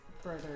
further